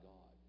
God